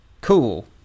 Cool